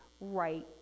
right